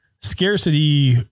scarcity